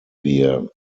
wir